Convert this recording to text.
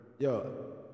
Yo